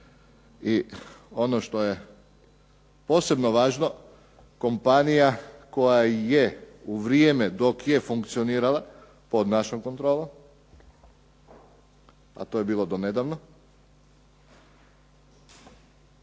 i ono što je posebno važno kompanija koja je u vrijeme dok je funkcionirala pod našom kontrolom, a to je bilo do nedavno